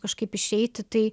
kažkaip išeiti tai